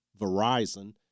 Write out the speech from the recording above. Verizon